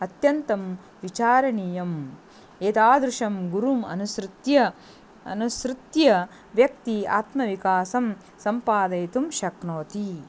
अत्यन्तं विचारणीयम् एतादृशं गुरुम् अनुसृत्य अनुसृत्य व्यक्तिः आत्मविकासं सम्पादयितुं शक्नोति